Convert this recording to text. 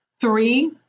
Three